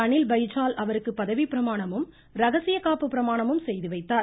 அனில் பைஜால் அவருக்கு பதவிப்பிரமாணமும் ரகசியகாப்பு பிரமாணமும் செய்து வைத்தார்